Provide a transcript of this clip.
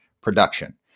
production